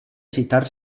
gitar